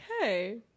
Okay